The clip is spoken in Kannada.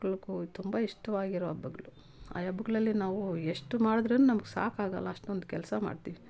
ಮಕ್ಕಳಿಗೂ ತುಂಬ ಇಷ್ಟವಾಗಿರೋ ಹಬ್ಬಗ್ಳು ಆ ಹಬ್ಬಗ್ಳಲ್ಲಿ ನಾವು ಎಷ್ಟು ಮಾಡಿದ್ರು ನಮ್ಗೆ ಸಾಕಾಗಲ್ಲ ಅಷ್ಟೊಂದು ಕೆಲಸ ಮಾಡ್ತಿವಿ